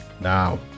now